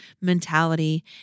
mentality